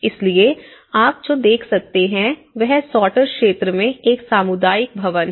इसलिए आप जो देख सकते हैं वह सॉर्टर क्षेत्र में एक सामुदायिक भवन है